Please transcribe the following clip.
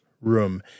room